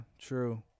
true